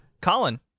Colin